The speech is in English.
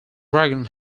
dragon